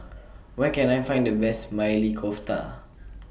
Where Can I Find The Best Maili Kofta